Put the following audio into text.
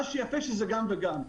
מה שיפה שזה גם וגם.